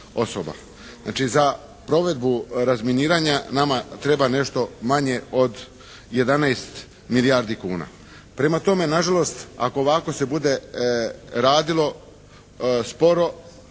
Znači, za provedbu razminiranja nama treba nešto manje od 11 milijardi kuna. Prema tome, nažalost ako ovako se bude radilo sporo